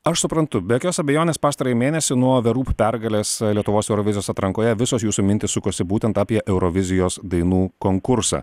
aš suprantu be jokios abejonės pastarąjį mėnesį nuo the roop pergalės lietuvos eurovizijos atrankoje visos jūsų mintys sukosi būtent apie eurovizijos dainų konkursą